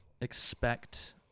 expect